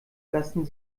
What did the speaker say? lassen